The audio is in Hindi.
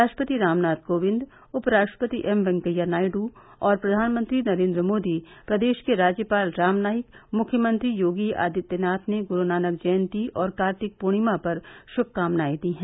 राष्ट्रपति रामनाथ कोविंद उपराष्ट्रपति एम वैकैया नायड् और प्रधानमंत्री नरेन्द्र मोदी प्रदेश के राज्यपाल राम नाईक मुख्यमंत्री योगी आदित्यनाथ ने गुरूनानक जयंती और कार्तिक पूर्णिमा पर लोगों को शुभकामनाएं दी हैं